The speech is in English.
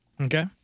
Okay